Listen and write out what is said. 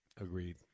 Agreed